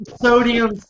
Sodium